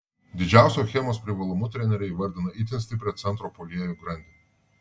didžiausiu achemos privalumu trenerė įvardina itin stiprią centro puolėjų grandį